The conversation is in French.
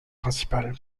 principal